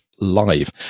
live